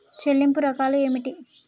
చెల్లింపు రకాలు ఏమిటి?